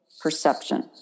perception